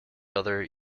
other